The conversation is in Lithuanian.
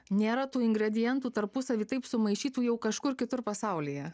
nėra tų ingredientų tarpusavy taip sumaišytų jau kažkur kitur pasaulyje